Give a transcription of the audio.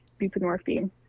buprenorphine